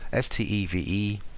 STEVE